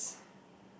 is